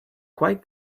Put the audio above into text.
quite